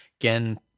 again